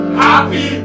happy